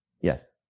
Yes